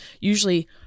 usually